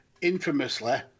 infamously